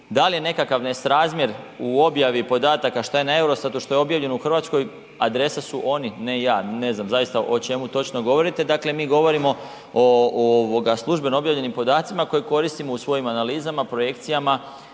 da li je nekakav nesrazmjer u objavi podataka šta je na EUROSTAT-u, što je objavljeno u Hrvatskoj, adrese su oni ne je. Ne znam zaista o čemu točno govorite. Dakle, mi govorimo o ovoga službeno objavljenim podacima koje koristimo u svojim analizama projekcijama